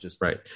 right